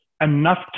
enough